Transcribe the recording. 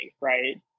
right